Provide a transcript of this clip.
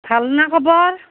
ভাল নে খবৰ